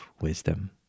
wisdom